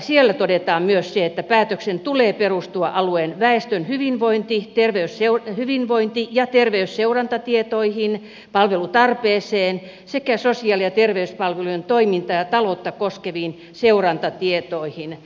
siellä todetaan myös se että päätöksen tulee perustua alueen väestön hyvinvointi ja terveysseurantatietoihin palvelutarpeeseen sekä sosiaali ja terveyspalvelujen toimintaa ja taloutta koskeviin seurantatietoihin